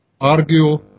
argue